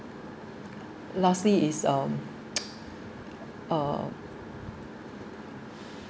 lastly is um uh